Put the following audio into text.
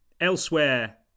Elsewhere